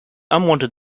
unwanted